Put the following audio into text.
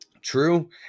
True